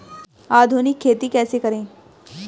आधुनिक खेती कैसे करें?